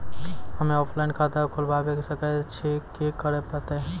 हम्मे ऑफलाइन खाता खोलबावे सकय छियै, की करे परतै?